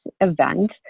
event